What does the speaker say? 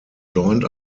joined